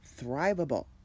thrivable